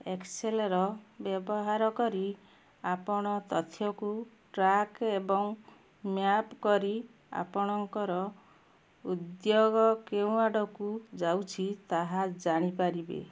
ଏକ୍ସେଲର ବ୍ୟବହାର କରି ଆପଣ ତଥ୍ୟକୁ ଟ୍ରାକ୍ ଏବଂ ମ୍ୟାପ୍ କରି ଆପଣଙ୍କର ଉଦ୍ୟୋଗ କେଉଁ ଆଡ଼କୁ ଯାଉଛି ତାହା ଜାଣିପାରିବେ